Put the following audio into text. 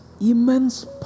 immense